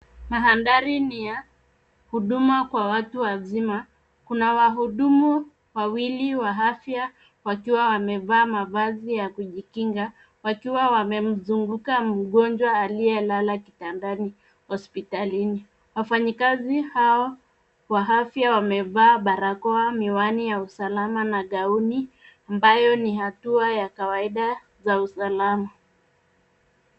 Mandhari ni ya huduma kwa watu wazima. Kuna wahudumu wawili wa afya wakiwa wamevaa mavazi ya kujikinga, wakiwa wamemzunguka mgonjwa aliyelala kitandani hospitalini. Wafanyikazi hao wa afya wamevaa barakoa, miwani ya usalama na gauni, ambayo ni hatua ya kawaida za usalama.